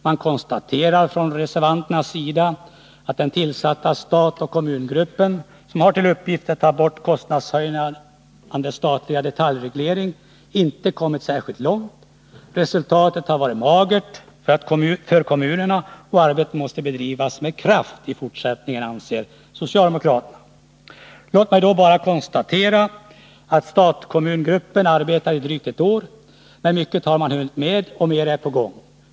Man konstaterar från reservanternas sida att den tillsatta stat-kommungruppen, som har till uppgift att ta bort kostnadshöjande statlig detaljreglering, inte kommit särskilt långt. Resultatet har varit magert för kommunerna, och arbetet måste bedrivas med kraft i fortsättningen, anser socialdemokraterna. Låt mig konstatera att stat-kommungruppen har arbetat i drygt ett år. Men mycket har man hunnit med, och mer är på gång.